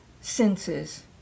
senses